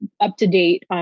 up-to-date